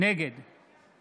נגד